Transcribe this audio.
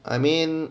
I mean